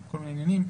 לכל מיני עניינים,